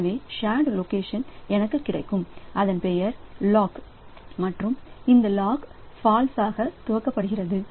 எனவே shared location எனக்கு கிடைத்துள்ளது அதன் பெயர் லாக் மற்றும் இந்த லாக் ஃபால்ஸ் துவக்கப்படுகிறது